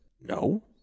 No